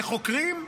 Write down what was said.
איך חוקרים,